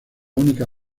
única